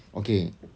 okay